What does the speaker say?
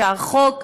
שהחוק,